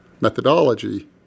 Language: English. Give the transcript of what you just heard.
methodology